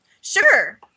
Sure